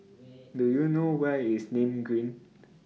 Do YOU know Where IS Nim Green